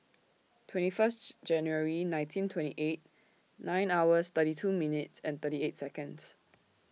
twenty First January nineteen twenty eight nine hours thirty two minutes and thirty eight Seconds